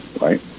right